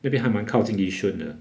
那边还蛮靠近 yishun 的